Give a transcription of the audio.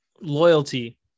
loyalty